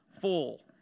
full